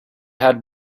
had